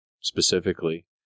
specifically